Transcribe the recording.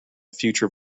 future